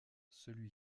celui